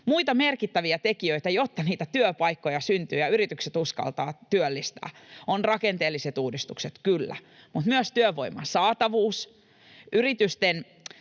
Muita merkittäviä tekijöitä, jotta niitä työpaikkoja syntyy ja yritykset uskaltavat työllistää, ovat rakenteelliset uudistukset, kyllä, mutta myös työvoiman saatavuus, yritysten